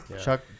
Chuck